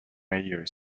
mayor